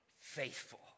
faithful